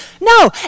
No